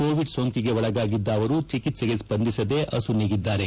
Covid ಸೋಂಕಿಗೆ ಒಳಗಾಗಿದ್ದ ಅವರು ಚಿಕಿತ್ಸೆಗೆ ಸ್ವಂದಿಸದೆ ಅಸುನೀಗಿದ್ದಾರೆ